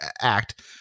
act